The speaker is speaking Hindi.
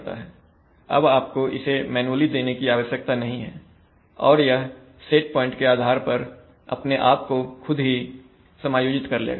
अब आपको इसे मैनुअली देने की आवश्यकता नहीं है और यह सेट प्वाइंट के आधार पर अपने आप को खुद ही समायोजित कर लेगा